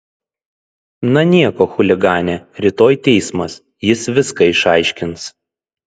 na nieko chuligane rytoj teismas jis viską išaiškins